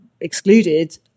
excluded